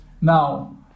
Now